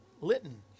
Litton